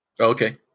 Okay